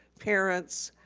parents,